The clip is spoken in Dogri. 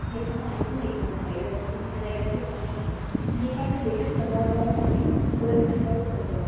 कि असें पानी च नेईं पौना चाहिदा इत्थै दिक्खना चाहिदा कि पानी दिक्खने गी घट्ट बेशक लब्भा दा होऐ पानी कुतै बी खतरा होई सकदा